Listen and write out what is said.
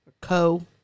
Co